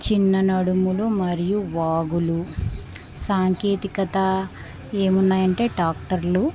చిన్న నడుములు మరియు వాగులు సాంకేతికత ఏమున్నాయి అంటే డాక్టర్లు